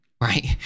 right